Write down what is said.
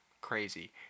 crazy